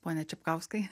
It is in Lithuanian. pone čepkauskai